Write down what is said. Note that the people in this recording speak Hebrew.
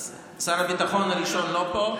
אז שר הביטחון הראשון לא פה,